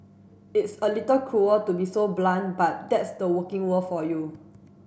it's a little cruel to be so blunt but that's the working world for you